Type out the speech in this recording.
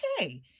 Okay